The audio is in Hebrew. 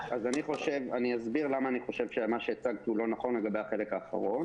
אני אסביר למה אני חושב שמה שהצגת הוא לא נכון לגבי החלק האחרון.